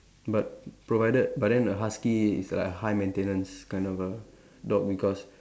but provided but then a husky is like a high maintenance kind of a dog because